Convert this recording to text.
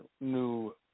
new